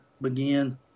begin